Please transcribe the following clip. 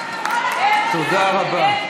תודה רבה.